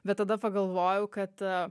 bet tada pagalvojau kad